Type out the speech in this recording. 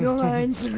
lines